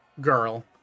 girl